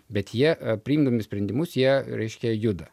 bet jie priimdami sprendimus jie raiškia juda